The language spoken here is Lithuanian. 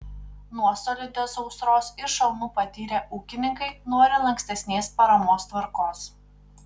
nuostolių dėl sausros ir šalnų patyrę ūkininkai nori lankstesnės paramos tvarkos